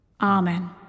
amen